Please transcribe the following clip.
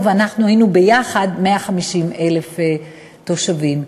ואנחנו היינו ביחד 150,000 תושבים.